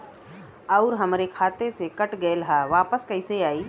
आऊर हमरे खाते से कट गैल ह वापस कैसे आई?